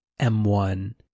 M1